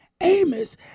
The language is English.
Amos